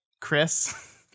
Chris